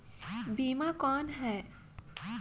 बीमा कौन है?